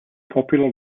popular